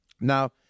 Now